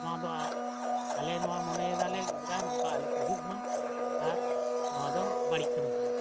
ᱱᱚᱣᱟ ᱫᱚ ᱟᱞᱮ ᱱᱚᱣᱟ ᱢᱚᱱᱮᱭᱮᱫᱟᱞᱮ ᱜᱤᱫᱽᱨᱟᱹ ᱱᱚᱝᱠᱟ ᱟᱞᱚᱠᱚ ᱦᱩᱭᱩᱜᱼᱢᱟ ᱟᱨ ᱱᱚᱣᱟ ᱫᱚ ᱵᱟᱹᱲᱤᱡ ᱠᱟᱹᱢᱤ ᱠᱟᱱᱟ